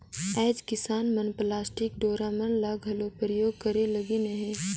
आएज किसान मन पलास्टिक डोरा मन ल घलो परियोग करे लगिन अहे